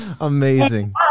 amazing